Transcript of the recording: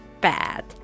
bad